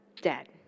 dead